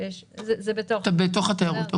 זה בתוך התיירות.